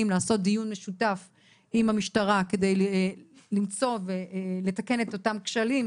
לעשות דיון משותף עם המשטרה כדי למצוא ולתקן את אותם כשלים,